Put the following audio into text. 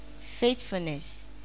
faithfulness